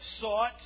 sought